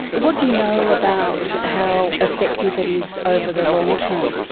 what do you know about how effective it is over the long term?